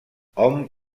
hom